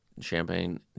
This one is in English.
champagne